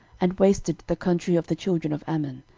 and wasted the country of the children of ammon,